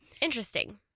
Interesting